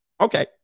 Okay